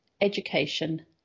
education